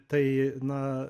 tai na